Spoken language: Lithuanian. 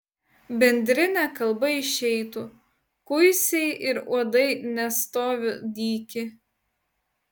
bendrine kalba išeitų kuisiai ir uodai nestovi dyki